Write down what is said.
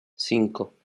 cinco